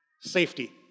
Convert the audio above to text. Safety